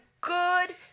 good